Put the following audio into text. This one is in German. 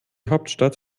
hauptstadt